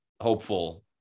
hopeful